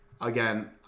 again